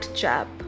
chap